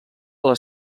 les